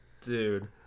Dude